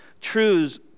truths